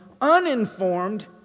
Uninformed